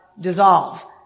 dissolve